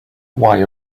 why